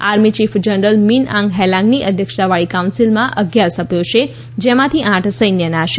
army chief general Min Aung હેલાંગની અધ્યક્ષતાવાળી કાઉન્સિલમાં અગિયાર સભ્યો છે જેમાંથી આઠ સૈન્યના છે